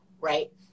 Right